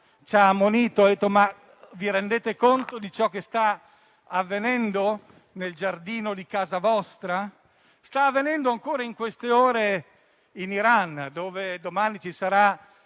ci ha ammonito e ci ha chiesto se ci rendiamo conto di ciò che sta avvenendo nel giardino di casa nostra. Sta avvenendo ancora in queste ore in Iran, dove domani ci sarà